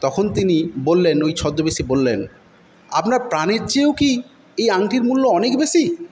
তখন তিনি বললেন ওই ছদ্মবেশী বললেন আপনার প্রাণের চেয়েও কি এই আংটির মূল্য অনেক বেশি